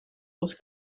was